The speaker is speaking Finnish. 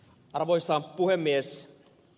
arvoisa puhemies